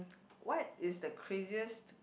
what is the craziest